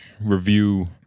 review